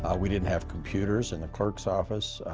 ah we didn't have computers in the clerk's office.